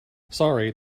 sorry